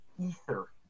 Ether